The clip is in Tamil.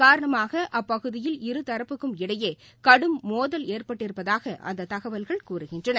காரணமாகஅப்பகுதியில் இருதரப்புக்கும் இடையேகடும் இதன் மோதல் ஏற்பட்டிருப்பதாகஅந்ததகவல்கள் கூறுகின்றன